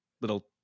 little